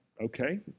okay